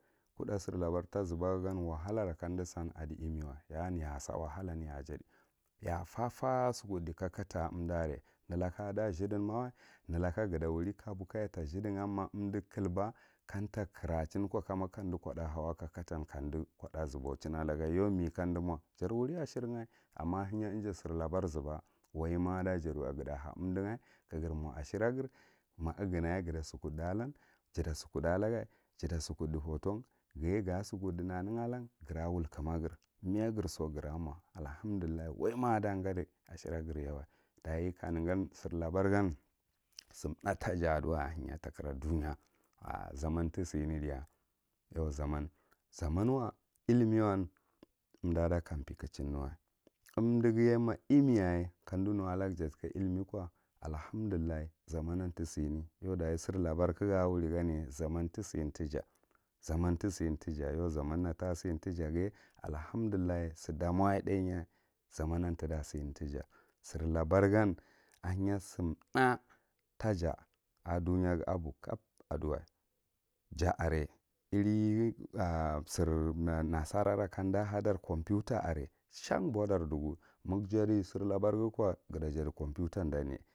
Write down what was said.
Kuɗɗa sir labar ta zuba gan wahalas kamdisan adi imiwa ya anya a sa wahala mya jadi ya a fairfar sukuɗɗi kakata u umda are ne laka a da chidin mawa ne laka gata wuri kabu kaya ta zthiɗirma umɗi kulba kamda kirachi ko kama kamdi kudda hau a ko kakata kamɗi kuɗɗa zubuchin a laga yau me kandi mo jar wuli ashirgh, amma ahenya ija silanar zuba waima ada jadiwa naghata ha unɗuah ka gir mo ahiragir, ma ngthamaya ga to sukuɗɗa alan ja ta sukuɗɗa alage jata sukuvva photo tan ghiya ga sukuɗɗi nanen aln gira wulkumagr meya girso gramo alluhamdullah waima ada gadi ashira giryawa daye kanega sirlabar gan simtha taka adiwa ahenya zaman tisane ɗiya yau zaman, zamn wa ikhme wa umɗa da kampekuchinnewa, undi githya ma imeyaye matu nukana jatika illme ko allahandullah zaman non tisane yau achin silabar kaga wuh gam yaye zaman tisane, zaman sintija gan yaye allahamdullah sida mo ye thay zaman am tita sime tija sir labr gan ahenya simthah taja a ɗuya taja kab aɗawai, ja are irth a sir nasara ra kamɗa hati kompreta ghan boɗar ɗugu magha jadi sir labar guko gthata jadi kompeta danye.